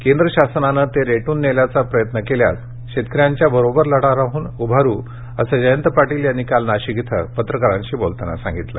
केंद्र शासनाने ते रेटून नेल्याचा प्रयत्न केल्यास शेतकऱ्यांच्या बरोबर राहून लढा उभारू असं जयंत पाटील यांनी काल नाशिकमध्ये पत्रकारांशी बोलताना सांगितलं